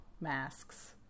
Masks